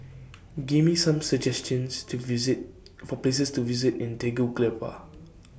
Give Me Some suggestions to visit For Places to visit in Tegucigalpa